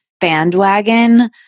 bandwagon